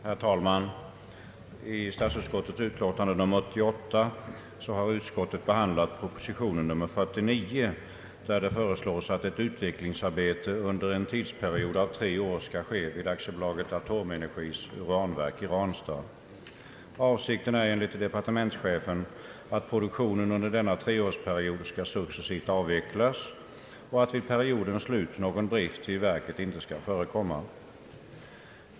Herr talman! I statsutskottets utlåtande nr 88 har propositionen nr 49 behandlats. Där föreslås att ett utvecklingsarbete under en tidsperiod av tre år skall ske vid AB Atomenergis uranverk i Ranstad. Avsikten är enligt departementschefen att produktionen under denna treårsperiod successivt skall avvecklas och att någon drift vid periodens slut inte skall förekomma vid verket.